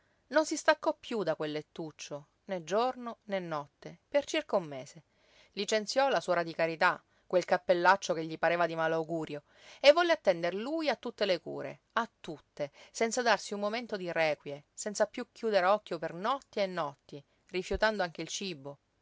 non si staccò piú da quel lettuccio né giorno né notte per circa un mese licenziò la suora di carità quel cappellaccio che gli pareva di malaugurio e volle attender lui a tutte le cure a tutte senza darsi un momento di requie senza piú chiuder occhio per notti e notti rifiutando anche il cibo